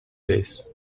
base